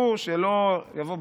תתרחקו שלא יבוא.